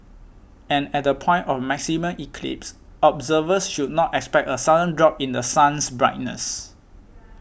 and at the point of maximum eclipse observers should not expect a sudden drop in The Sun's brightness